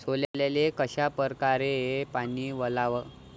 सोल्याले कशा परकारे पानी वलाव?